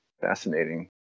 fascinating